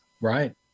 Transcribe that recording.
right